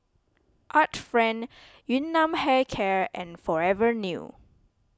Art Friend Yun Nam Hair Care and Forever New